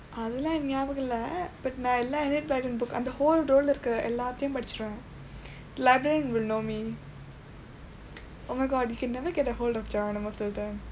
அதெல்லாம் ஞாபகம் இல்லை:athellaam nyapakam illai but நான் எல்லா:naan ellaa enid blyton book அந்த:andtha whole row-lae இருக்கிற எல்லாத்தையும் படிச்சிருவேன்:irukkira ellaaththaiyum padichsiruveen librarian will know me oh my god you can never get a hold of geronimo stilton